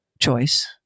choice